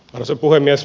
arvoisa puhemies